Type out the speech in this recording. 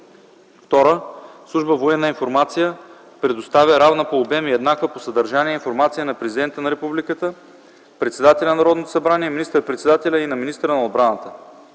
(2) Служба „Военна информация” предоставя равна по обем и еднаква по съдържание информация на президента на републиката, председателя на Народното събрание, министър-председателя и на министъра на отбраната.